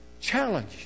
challenge